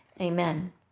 Amen